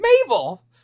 Mabel